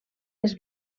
les